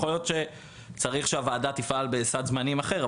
יכול להיות שצריך שהוועדה תפעל בסד זמנים אחר,